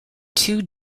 two